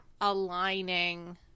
aligning